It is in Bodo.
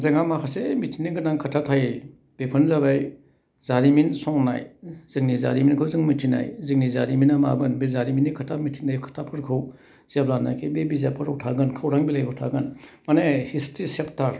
जोंहा माखासे मिथिनो गोनां खोथा थायो बेफोदनो जाबाय जारिमिन संनाय जोंनि जारिमिनखौ जों मिथिनाय जोंनि जारिमिना मामोन बे जारिमिननि खोथा मिथिनाय खोथाफोरखौ जेब्लानाखि बे बिजाबफोराव थागोन खौरां बिलाइआव थागोन माने हिस्ट्रि चेप्टार